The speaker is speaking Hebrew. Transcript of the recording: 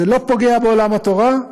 זה לא פוגע בעולם התורה,